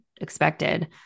expected